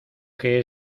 que